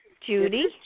Judy